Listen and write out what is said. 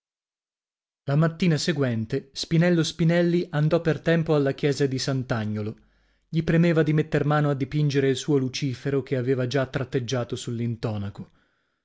la mattina seguente spinello spinelli andò per tempo alla chiesa di sant'agnolo gli premeva di metter mano a dipingere il suo lucifero che aveva già tratteggiato sull'intonaco